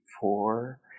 four